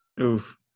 Oof